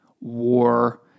war